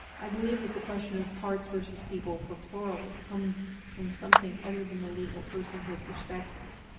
i believe that the question of parts versus people for plurals comes from something other than the legal personhood perspective.